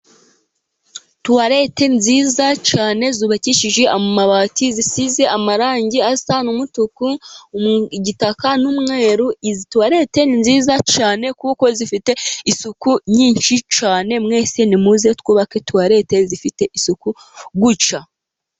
Tuwalete nziza cyane, zubakishije amabati zisize amarangi asa n'umutuku, igitaka n'umweru, izi Tuwalete ni nziza cyane, kuko zifite isuku nyinshi cyane, mwese nimuze twubake Tuwarete zifite isuku gutya.